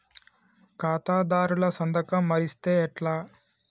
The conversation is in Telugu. ఖాతాదారుల సంతకం మరిస్తే ఎట్లా?